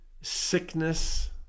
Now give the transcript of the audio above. sickness